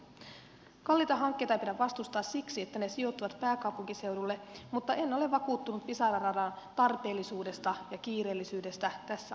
kalliita hankkeita ei pidä vastustaa siksi että ne sijoittuvat pääkaupunkiseudulle mutta en ole vakuuttunut pisara radan tarpeellisuudesta ja kiireellisyydestä tässä ajassa